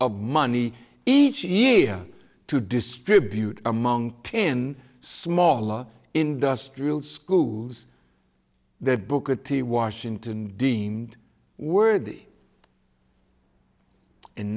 of money each year to distribute among tin smaller industrial schools the booker t washington deemed worthy in